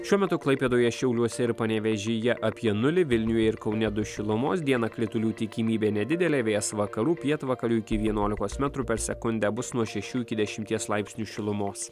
šiuo metu klaipėdoje šiauliuose ir panevėžyje apie nulį vilniuje ir kaune du šilumos dieną kritulių tikimybė nedidelė vėjas vakarų pietvakarių iki vienuolikos metrų per sekundę bus nuo šešių iki dešimties laipsnių šilumos